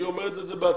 היא בעצמה אומרת את זה.